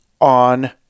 on